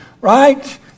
Right